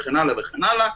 וכן הלאה וכן הלאה,